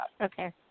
okay